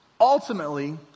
ultimately